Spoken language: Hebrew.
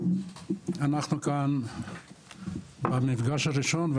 אנחנו כאן במפגש הראשון,